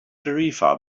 tarifa